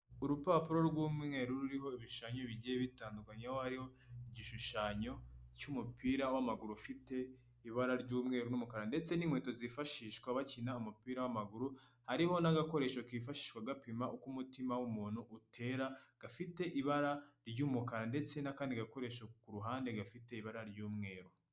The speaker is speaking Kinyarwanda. Urupapuro rw'umweru ruriho ibishushanyo bigiye bitandukanye ,aho hariho igishushanyo cy'umupira w'amaguru ufite ibara ry'umweru n'umukara ndetse n'inkweto zifashishwa bakina umupira w'amaguru, hariho n'agakoresho kifashishwa gapima uko umutima w'umuntu utera, gafite ibara ry'umukara ndetse n'akandi gakoresho ku ruhande gafite ibara ry'umweru.